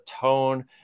tone